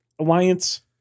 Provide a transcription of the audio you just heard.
Alliance